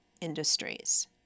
industries